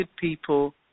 people